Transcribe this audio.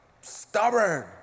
Stubborn